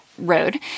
Road